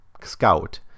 scout